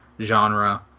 genre